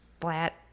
flat